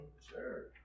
Sure